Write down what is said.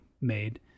made